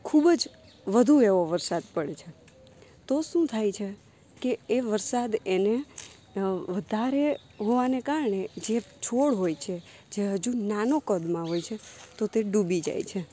કે ખૂબ જ વધુ એવો વરસાદ પડે છે તો શું થાય છે કે એ વરસાદ એને વધારે હોવાને કારણે જે છોડ હોય છે જે હજુ નાનો કદમાં હોય છે તો તે ડૂબી જાય છે